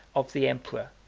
of the emperor,